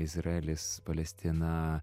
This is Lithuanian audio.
izraelis palestina